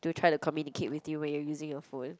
do try to communicate with you when you are using your phone